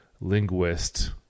linguist